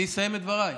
אני אסיים את דבריי.